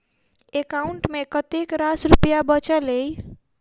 account मे कतेक रास रुपया बचल एई